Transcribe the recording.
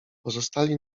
pozostali